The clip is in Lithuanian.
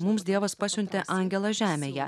mums dievas pasiuntė angelą žemėje